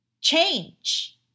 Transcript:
change